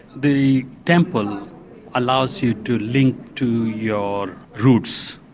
the temple allows you to link to your roots,